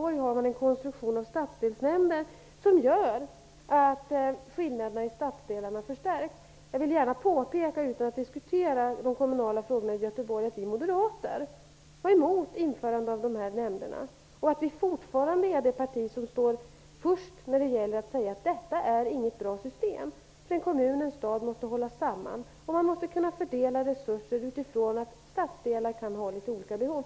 grund av att man har en konstruktion med stadsdelsnämnder, som gör att skillnaderna mellan stadsdelarna förstärks. Jag vill utan att diskutera de kommunala frågorna i Göteborg påpeka att Moderata samlingspartiet var emot införande av dessa nämnder och fortfarande är det parti som står främst när det gäller att understryka att detta inte är något bra system. I en kommun eller en stad måste man hålla samman och kunna fördela resurser utifrån att olika stadsdelar kan ha litet olika behov.